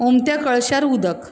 उमत्या कळश्यार उदक